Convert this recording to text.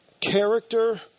character